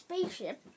spaceship